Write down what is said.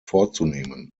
vorzunehmen